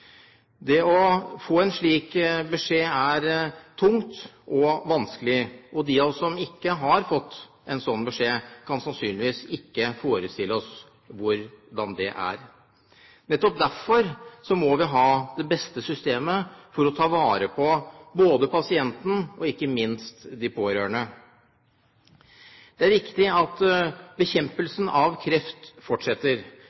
Det å få en slik beskjed er tungt og vanskelig, og de av oss som ikke har fått en sånn beskjed, kan sannsynligvis ikke forestille seg hvordan det er. Nettopp derfor må vi ha det beste systemet, for å ta vare på pasientene og ikke minst de pårørende. Det er viktig at